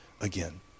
again